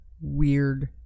weird